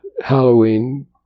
Halloween